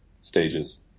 stages